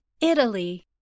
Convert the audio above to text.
Italy